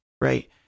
right